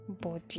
body